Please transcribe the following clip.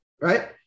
right